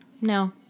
No